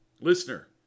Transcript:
Listener